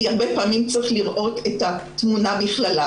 כי הרבה פעמים צריך לראות את התמונה בכללה.